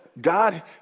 God